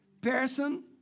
person